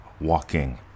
walking